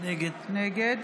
נגד